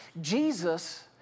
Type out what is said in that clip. Jesus